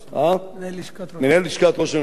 מנהל לשכת ראש הממשלה.